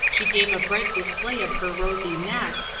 she gave a bright display of her rosy neck,